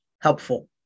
helpful